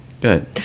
Good